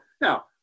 now